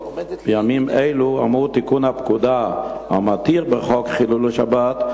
בימים אלו אמור להיכנס לתוקף תיקון הפקודה המתיר בחוק חילול שבת.